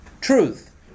truth